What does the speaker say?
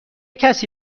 کسی